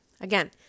Again